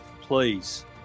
please